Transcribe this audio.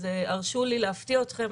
אז הרשו לי להפתיע אתכם,